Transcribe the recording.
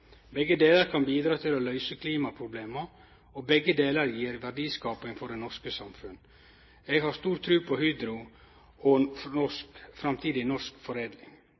begge deler kan bidra til å løse klimaproblemene, og begge deler gir verdiskaping for det norske samfunnet.» Eg har tru på Hydro og på framtidig norsk foredling.